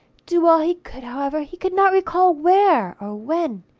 do all he could, however, he could not recall where or when.